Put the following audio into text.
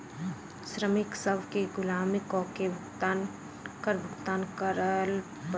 श्रमिक सभ केँ गुलामी कअ के कर भुगतान करअ पड़ल